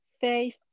faith